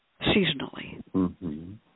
seasonally